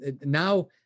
now